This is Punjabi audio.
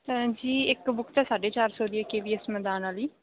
ਜੀ ਇੱਕ ਬੁੱਕ ਤਾਂ ਸਾਢੇ ਚਾਰ ਸੌ ਦੀ ਹੈ ਕੇ ਵੀ ਐਸ ਮੈਦਾਨ ਵਾਲੀ